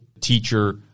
teacher